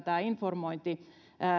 tämä informointi